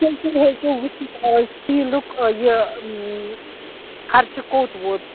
تُہۍ ہٮ۪کِو وُچِتھ آز تیٖلُک یہِ خرچہ کوٚت ووت